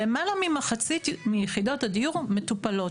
למעלה ממחצית מיחידות הדיור מטופלות.